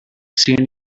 seen